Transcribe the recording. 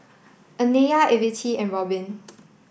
Anaya Evette and Robin